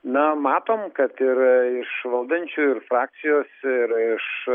na matom kad yra iš valdančiųjųir frakcijos ir iš